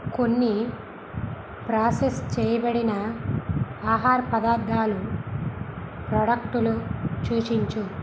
కొన్ని ప్రాసెస్ చేయబడిన ఆహార పదార్ధాలు ప్రాడక్టులు సూచించు